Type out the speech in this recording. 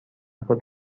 خود